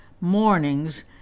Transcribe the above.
mornings